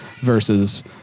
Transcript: versus